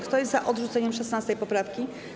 Kto jest za odrzuceniem 16. poprawki?